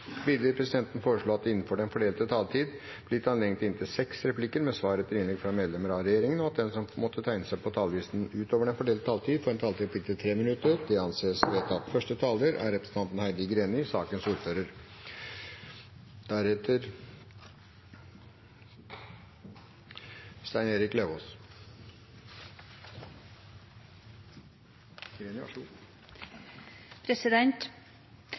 Videre vil presidenten foreslå at det blir gitt anledning til replikkordskifte på inntil seks replikker med svar etter innlegg fra medlemmer av regjeringen innenfor den fordelte taletid, og at de som måtte tegne seg på talerlisten utover den fordelte taletid, får en taletid på inntil 3 minutter. – Det anses vedtatt. Først av alt har jeg lyst til å takke komiteen for godt samarbeid i sakens anledning. Så